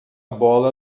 bola